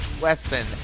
Wesson